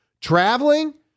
Traveling